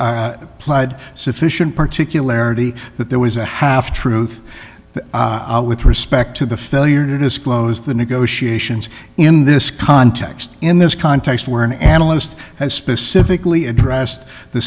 applied sufficient particularity that there was a half truth with respect to the failure to disclose the negotiations in this context in this context where an analyst has specifically addressed the